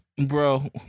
bro